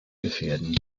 gefährden